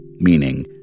meaning